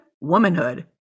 womanhood